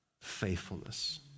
Faithfulness